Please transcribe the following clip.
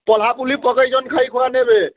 ପଲ୍ହାପୁଲ୍ହି ପକେଇଛନ୍ ଖାଇଖୁଆ ନେବେ